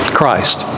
Christ